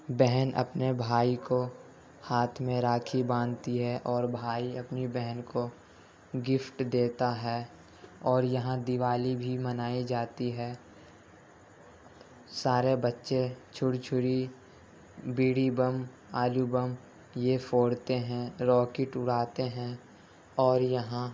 بہن اپنے بھائی کو ہاتھ میں راکھی باندھتی ہے اور بھائی اپنی بہن کو گفٹ دیتا ہے اور یہاں دیوالی بھی منائی جاتی ہے سارے بچے چھڑچھڑی بیڑی بم آلو بم یہ پھوڑتے ہیں راکٹ اڑاتے ہیں اور یہاں